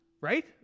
right